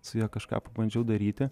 su ja kažką pabandžiau daryti